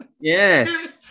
Yes